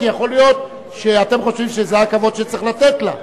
כי יכול להיות שאתם חושבים שזה הכבוד שצריך לתת לה.